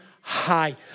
high